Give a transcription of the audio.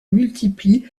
multiplient